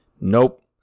nope